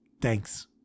Thanks